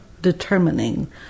determining